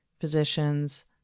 physicians